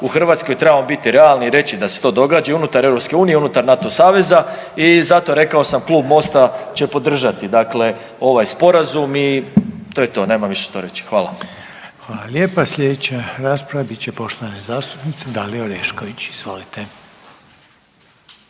U Hrvatskoj trebamo biti realni i reći da se to događa i unutar EU, unutar NATO saveza i zato rekao sam Klub MOST-a će podržati dakle ovaj sporazum i to je to, nemam više što reći. Hvala. **Reiner, Željko (HDZ)** Hvala lijepa. Slijedeća rasprava bit će poštovane zastupnice Dalije Orešković. Izvolite.